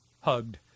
hugged